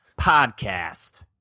podcast